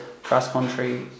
cross-country